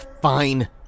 Fine